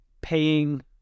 paying